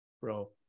Bro